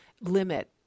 limit